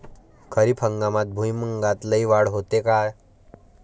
खरीप हंगामात भुईमूगात लई वाढ होते का?